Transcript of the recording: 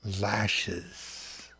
lashes